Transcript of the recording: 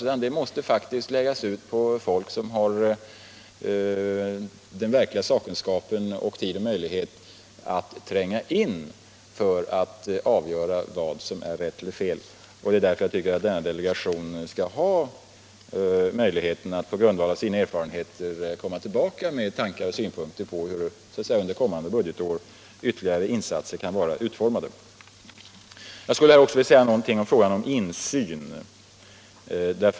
Den uppgiften måste faktiskt läggas ut på folk som har den verkliga sakkunskapen samt tid och möjlighet att tränga in i problemen. Det är därför denna delegation skall ha möjligheten att på grundval av sina erfarenheter komma tillbaka med tankar och synpunkter på hur under kommande budgetår ytterligare insatser kan vara utformade. Jag skulle här också vilja säga någonting om frågan om insyn.